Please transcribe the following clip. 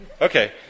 Okay